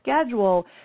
schedule